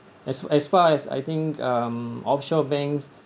as as far as I think um offshore banks